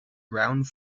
ground